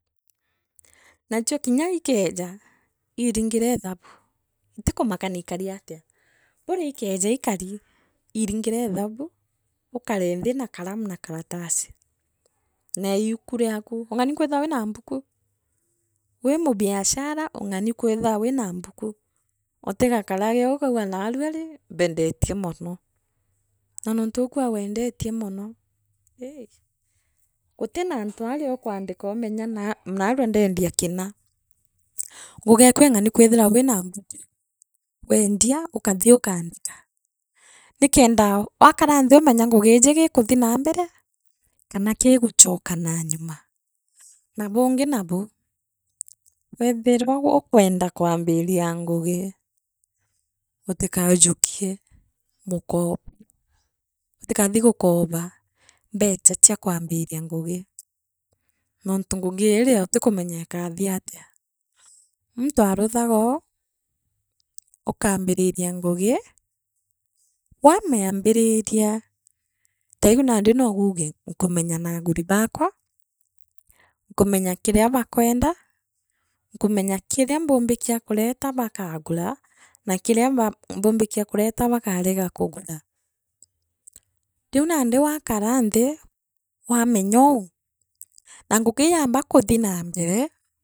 Nachio kinya ikeeja, iiringire ithabu itikumakania ikari atia buria ikeeja ikari iringire ethabu ukare nthi na kalamu na karatasi, ne yuku niaku ungani kwithirwa wina mbuku wi mubiashara ung’ani kwithia wina mbuku utigakarage akauga naarua rii mbendetie mono na nontu ukuuga weendetie mono ii guti naantu aria ukwaandika umenya naa naarua ndeendia kina hhu ngugi eku ung’ani ung’ani kwithia wina mbuku wendia ukathi ukaandika nikienda waakara nthi amenya ngugi iiji geekuthi na mbere kana keeguchoka na nyuma aah naa bungi nabu weethirwa gookwenda kwaambiria ngugi utikajakie mukepo utikathi gukoba mbecha cha kwaambiria ngugi nontu ngugi iria utikumenya ikathii atia muntu aruthogoo ukaambiriria ngugi waamiambiriria teu nandi nouge nkumenyana na aguri baakwa nkumenya kiria baakwenda nkamonya kiria mbumbikia kureeta bakaagura na kiiria baa mbumbikia kuleta bakaanga kugura riu nandi waakara nthi waamenyou na ngugi yamba kathi na mbere.